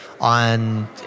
on